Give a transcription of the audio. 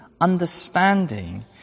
understanding